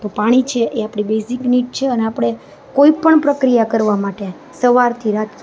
પાણી જે છે એ આપણી બેઝિક નીડ છે અને આપણે કોઈ પણ પ્રક્રિયા કરવા માટે સવારથી રાત સુધી